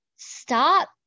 stop